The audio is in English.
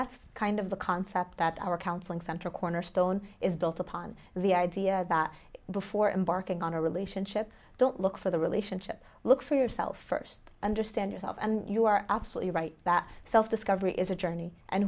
that's kind of the concept that our counseling center cornerstone is built upon the idea before embarking on a relationship don't look for the relationship look for yourself first understand yourself and you are absolutely right that self discovery is a journey and